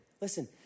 listen